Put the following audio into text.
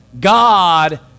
God